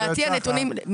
לקחת את זה בחשבון.